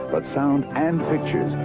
but sound and pictures.